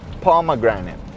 pomegranate